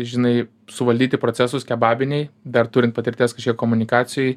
žinai suvaldyti procesus kebabinėj dar turint patirties kažkiek komunikacijoj